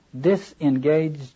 disengaged